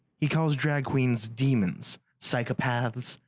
he calls drag queens demons, psychopaths,